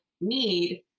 need